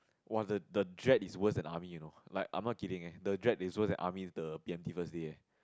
!wah! the the dread is worse than army you know like I'm not kidding eh the dread is worse than army the B_M_T first day eh